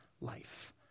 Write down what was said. life